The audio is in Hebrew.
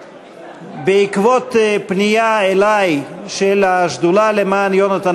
בעקבות פנייה אלי של השדולה למען יונתן